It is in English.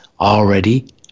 already